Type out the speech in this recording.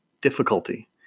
difficulty